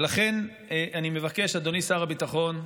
ולכן, אני מבקש, אדוני שר הביטחון,